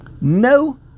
No